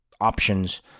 options